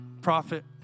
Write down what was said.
prophet